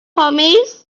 homies